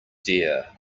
dear